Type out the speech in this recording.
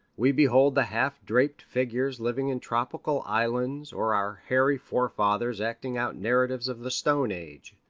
we behold the half-draped figures living in tropical islands or our hairy fore-fathers acting out narratives of the stone age.